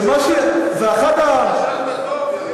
ישנת טוב?